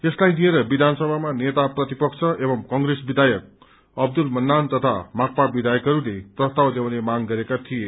यसलाई तिएर वियनसभामा नेता प्रतिपक्ष एंव कंग्रेस विधायक अब्दुल मन्नान तथा माकपा पिधायकहरूले प्रस्ताव ल्याउने मांग गरोक थिए